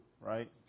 right